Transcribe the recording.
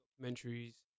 documentaries